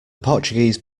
portuguese